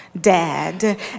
dad